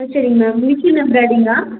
ஆ சரிங்க ma'am machine எம்ப்ராய்டிங்கா